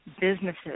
businesses